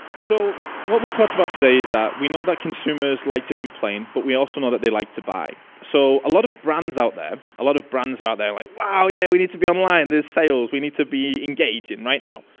so what we talked about today is that. we know that consumers like to complain, but we also know that they like to buy. so a lot of brands out there, a lot of brands out there, like so ah yeah we need to be online. this sales we need to be engaged in right now.